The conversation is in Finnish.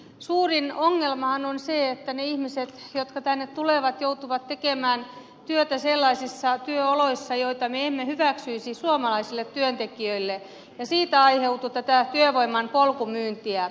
suurin ongelmahan on se että ne ihmiset jotka tänne tulevat joutuvat tekemään työtä sellaisissa työoloissa joita me emme hyväksyisi suomalaisille työntekijöille ja siitä aiheutuu tätä työvoiman polkumyyntiä